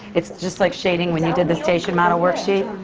it's just like shading when you did the station model worksheet.